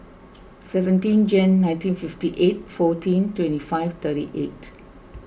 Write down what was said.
seventeen Jan nineteen fifty eight fourteen twenty five thirty eight